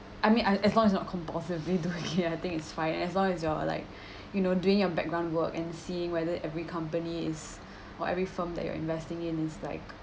I mean as as long as it's not compulsively doing it I think it's fine as long as you're like you know doing your background work and seeing whether every company is or every firm that you're investing in is like